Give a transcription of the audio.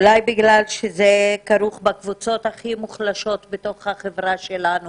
אולי בגלל שזה כרוך בקבוצות הכי מוחלשות בתוך החברה שלנו